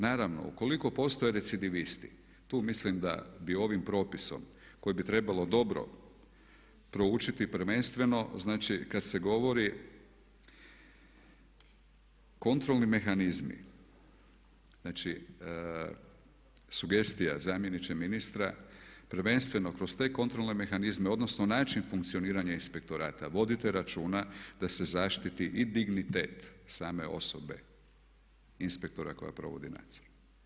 Naravno ukoliko postoje adecidevisti, tu mislim da bi ovim propisom koji bi trebalo dobro proučiti, prvenstveno znači kad se govori kontrolni mehanizmi, sugestija zamjeniče ministra, prvenstveno kroz te kontrolne mehanizme odnosno način funkcioniranja Inspektorata vodite računa da se zaštiti i dignitet same osobe inspektora koji provodi nadzor.